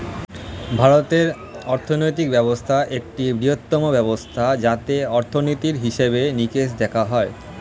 ভারতীয় অর্থনৈতিক ব্যবস্থা একটি বৃহত্তম ব্যবস্থা যাতে অর্থনীতির হিসেবে নিকেশ দেখা হয়